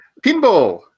Pinball